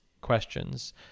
questions